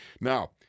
Now